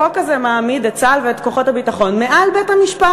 החוק הזה מעמיד את צה"ל ואת כוחות הביטחון מעל בית-המשפט,